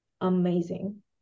amazing